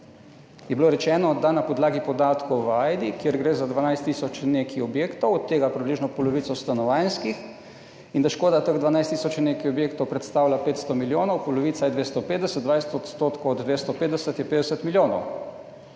je bilo rečeno, da na podlagi podatkov v Ajdi, kjer gre za 12 tisoč nekaj objektov, od tega približno polovico stanovanjskih in da škoda teh 12 tisoč je, nekaj objektov predstavlja 500 milijonov, polovica je 250 - 20 % od 250 je 50 milijonov.